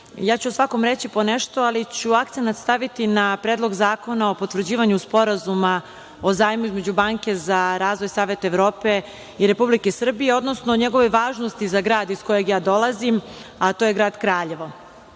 Ja ću o svakom reći po nešto, ali ću akcenat staviti na Predlog zakona o potvrđivanju Sporazuma o zajmu između Banke za razvoj Saveta Evrope i Republike Srbije, odnosno o njegovoj važnosti za grad iz kojeg ja dolazim, a to je Grad Kraljevo. Ovaj